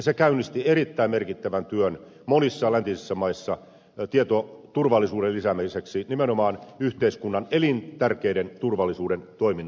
se käynnisti erittäin merkittävän työn monissa läntisissä maissa tietoturvallisuuden lisäämiseksi nimenomaan yhteiskunnan elintärkeissä turvallisuuden toiminnoissa